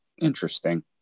interesting